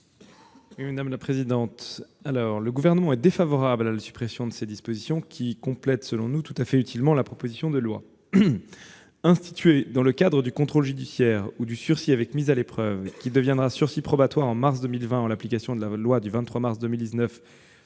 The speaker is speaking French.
du Gouvernement ? Le Gouvernement est défavorable à la suppression de ces dispositions, qui complètent selon nous tout à fait utilement la proposition de loi. Il est tout à fait opportun d'instituer dans le cadre du contrôle judiciaire ou du sursis avec mise à l'épreuve, qui deviendra sursis probatoire au mois de mars 2020 en l'application de la loi du 23 mars 2019